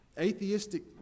atheistic